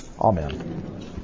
Amen